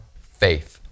faith